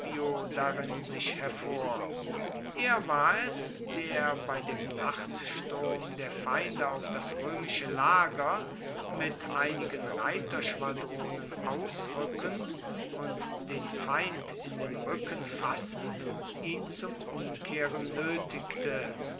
darin sich hervor er war es der bei dem nachtsturm der feinde auf das römische lager mit einigen reiterschwadronen ausrückend und den feind in den rücken fassend ihn zum umkehren nötigte